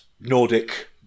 Nordic